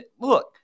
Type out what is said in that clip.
Look